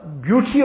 beauty